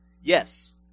Yes